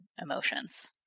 emotions